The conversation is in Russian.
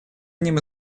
одним